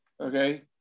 Okay